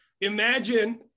Imagine